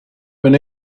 been